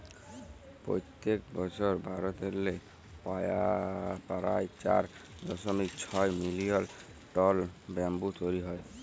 পইত্তেক বসর ভারতেল্লে পারায় চার দশমিক ছয় মিলিয়ল টল ব্যাম্বু তৈরি হ্যয়